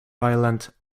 violent